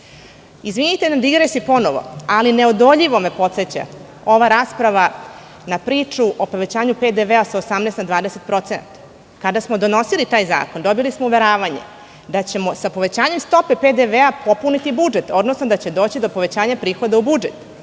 danas. Izvinite na digresiji ponovo, ali neodoljivo me podseća ova rasprava na priču o povećanju PDV sa 18 na 20%, kada smo donosili taj zakon, dobili smo uveravanje da ćemo sa povećanjem stope PDV popuniti budžet, odnosno da će doći do povećanja prihoda u budžet,